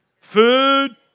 Food